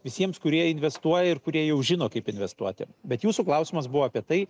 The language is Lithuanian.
visiems kurie investuoja ir kurie jau žino kaip investuoti bet jūsų klausimas buvo apie tai